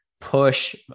push